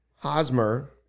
Hosmer